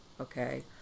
Okay